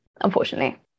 unfortunately